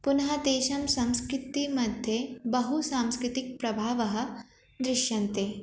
पुनः तेषां संस्कृतिमध्ये बहु सांस्कृतिकः प्रभावः दृश्यते